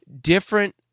different